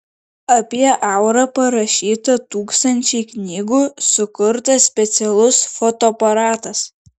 apie aurą parašyta tūkstančiai knygų sukurtas specialus fotoaparatas